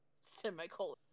Semicolon